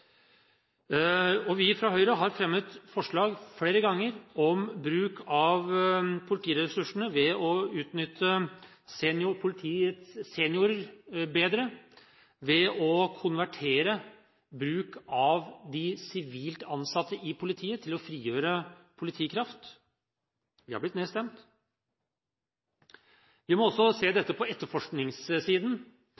ned. Vi fra Høyre har fremmet forslag flere ganger om bruk av politiressursene ved å utnytte politiets seniorer bedre, og ved å konvertere bruk av de sivilt ansatte i politiet til å frigjøre politikraft. Vi har blitt nedstemt. Vi må også se